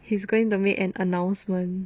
he's going to make an announcement